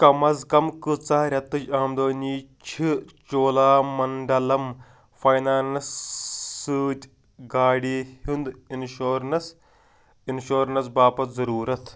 کم اَز کم کۭژاہ رٮ۪تٕچ آمدٕنی چھِ چولامنٛڈَلم فاینانٛس سۭتۍ گاڑِ ہُنٛد اِنشورَنٛس اِنٛشورنس باپتھ ضروٗرت